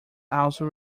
also